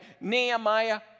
Nehemiah